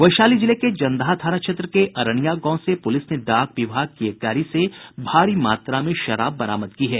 वैशाली जिले के जंदाहा थाना क्षेत्र के अरनिया गांव से पुलिस ने डाक विभाग की एक गाड़ी से भारी मात्रा में शराब बरामद की है